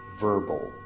verbal